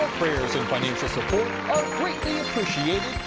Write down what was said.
prayers and financial support greatly appreciated